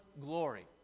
glory